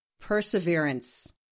Perseverance